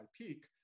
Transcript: peak